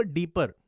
deeper